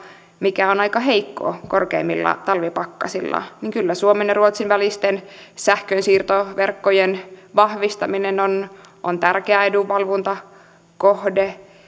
mikä on aika heikko korkeimmilla talvipakkasilla niin kyllä suomen ja ruotsin välisten sähkönsiirtoverkkojen vahvistaminen on on tärkeä edunvalvontakohde